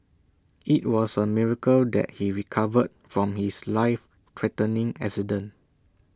IT was A miracle that he recovered from his life threatening accident